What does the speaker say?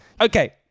okay